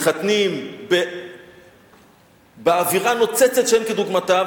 מתחתנים באווירה נוצצת שאין כדוגמתה,